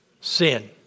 Sin